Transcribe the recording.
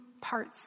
parts